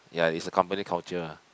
ya is a company culture ah